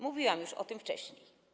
Mówiłam już o tym wcześniej.